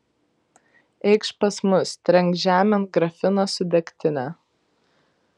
eikš pas mus trenk žemėn grafiną su degtine